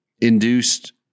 induced